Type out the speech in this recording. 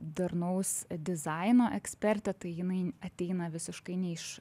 darnaus dizaino ekspertė tai jinai ateina visiškai ne iš